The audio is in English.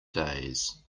days